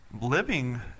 living